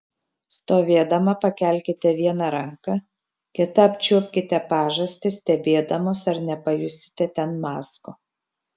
stovėdama pakelkite vieną ranką kita apčiuopkite pažastį stebėdamos ar nepajusite ten mazgo